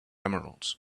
emeralds